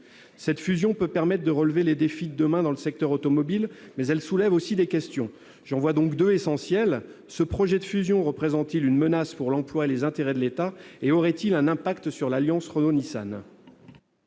cette fusion peut permettre de relever les défis de demain dans le secteur automobile, elle soulève aussi des questions. J'en vois deux, essentielles : ce projet de fusion représente-t-il une menace pour l'emploi et les intérêts de l'État ? Sa mise en oeuvre aurait-elle une incidence sur l'alliance Renault-Nissan ?